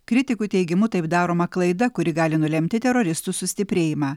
kritikų teigimu taip daroma klaida kuri gali nulemti teroristų sustiprėjimą